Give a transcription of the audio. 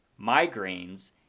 migraines